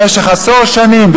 במשך עשור שנים,